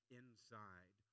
inside